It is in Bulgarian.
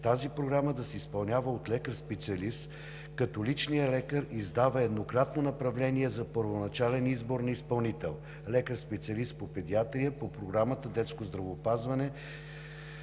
тази програма да се изпълнява от лекар специалист като личният лекар издава еднократно направление за първоначален избор на изпълнител – лекар специалист по педиатрия по Програмата „Детско здравеопазване“.